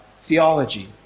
theology